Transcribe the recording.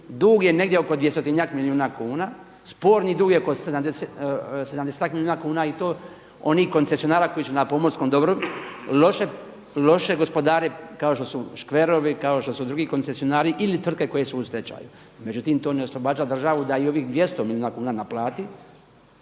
Dug je negdje oko dvjestotinjak milijuna kuna, sporni dug je oko 70-tak milijuna kuna i to onih koncesionara koji su na pomorskom dobru loše gospodare kao što su škverovi, kao što su drugi koncesionari ili tvrtke koje su u stečaju. Međutim, to ne oslobađa državu da i ovih 200 milijuna kuna naplati